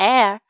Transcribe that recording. Air